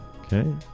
Okay